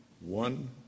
One